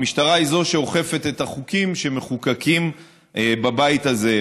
המשטרה היא שאוכפת את החוקים שמחוקקים בבית הזה.